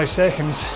seconds